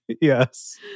Yes